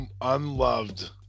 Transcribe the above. unloved